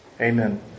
amen